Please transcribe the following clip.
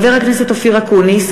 חבר הכנסת אופיר אקוניס,